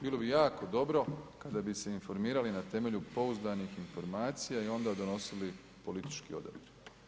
Bilo bi jako dobro kada bi se informirali na temelju pouzdanih informacija i onda donosili politički odabir.